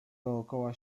dookoła